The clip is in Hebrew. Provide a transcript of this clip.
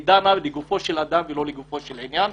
היא דנה לגופו של אדם ולא לגופו של עניין,